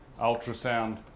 ultrasound